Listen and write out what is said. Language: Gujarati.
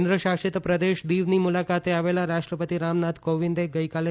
કેન્દ્ર શાસિત પ્રદેશ દીવની મુલાકાતે આવેલા રાષ્ટ્રપતિ રામનાથ કોવિંદે ગઈકાલે